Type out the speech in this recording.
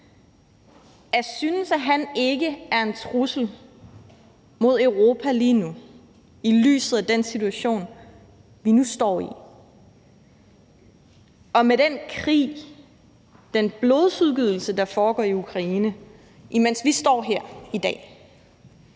At synes, at han ikke er en trussel mod Europa lige nu i lyset af den situation, vi nu står i, og med den krig, den blodsudgydelse, der foregår i Ukraine, mens vi står her i dag,